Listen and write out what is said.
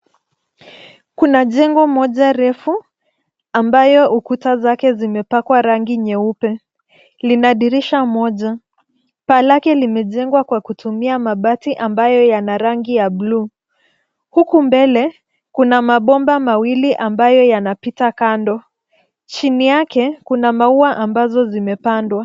Kuna jengo moja refu ambayo ukuta zake zimepakwa rangi nyeupe. Lina dirisha moja. Paa lake limejengwa kwa kutumia mabati ambayo yana rangi ya buluu. Huku mbele, kuna mabomba mawili ambayo yanapita kando. Chini yake kuna maua ambazo zimepandwa.